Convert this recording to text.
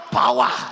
power